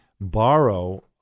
borrow